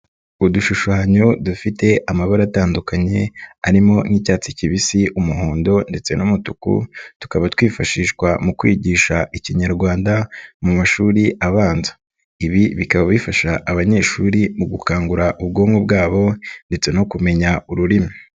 Udushushanyo dufite amabara atandukanye arimo n'icyatsi kibisi, umuhondo ndetse n'umutuku, tukaba twifashishwa mu kwigisha Ikinyarwanda mu mashuri abanza. Ibi bikaba bifasha abanyeshuri mu gukangura ubwonko bwabo ndetse no kumenya ururimi.